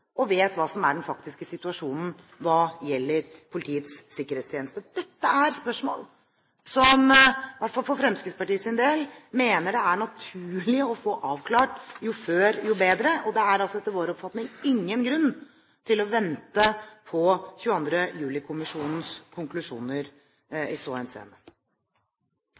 som vet hva som er den faktiske situasjonen hva gjelder Politiets sikkerhetstjeneste. Dette er spørsmål som i hvert fall Fremskrittspartiet mener det er naturlig å få avklart – jo før, jo bedre. Det er altså etter vår oppfatning ingen grunn til å vente på 22. juli-kommisjonens konklusjoner i